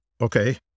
Okay